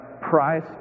price